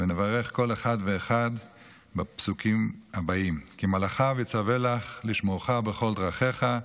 ונברך כל אחד ואחד בפסוקים הבאים: "כי מלאכיו יצוה לך לשמרך בכל דרכיך.